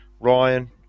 Ryan